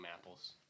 apples